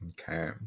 Okay